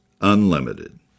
Unlimited